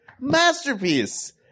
Masterpiece